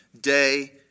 day